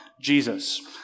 Jesus